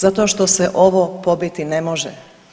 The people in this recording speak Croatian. Zato što se ovo pobiti ne može.